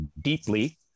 deeply